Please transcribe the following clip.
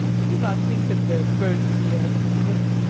we do not think that the birds of the air feed him.